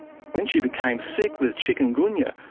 when she became sick with chikungunya,